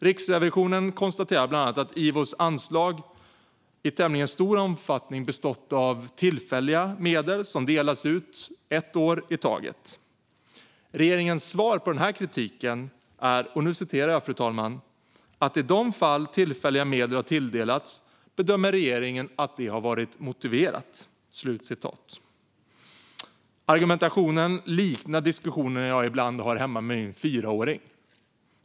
Riksrevisionen konstaterar bland annat att IVO:s anslag i tämligen stor omfattning bestått av tillfälliga medel som delats ut ett år i taget. Regeringens svar på denna kritik är att "i de fall där tillfälliga medel har tilldelats bedömer regeringen att det har varit motiverat". Argumentationen liknar diskussionerna jag ibland har hemma med min fyraåring.